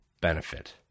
benefit